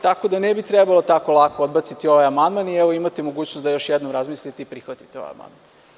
Tako da ne bi trebalo tako lako odbaciti ovaj amandman, i evo imate mogućnost da još jednom razmislite i prihvatite ovaj amandman.